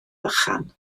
bychan